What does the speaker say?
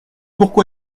pourquoi